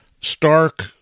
stark